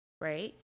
right